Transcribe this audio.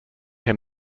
him